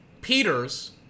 Peters